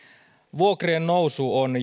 vuokrien nousu on